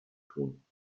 tun